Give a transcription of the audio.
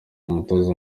umutoza